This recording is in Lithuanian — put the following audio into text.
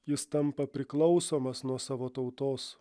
jis tampa priklausomas nuo savo tautos